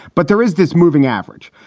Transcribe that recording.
but there is this moving average.